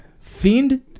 Fiend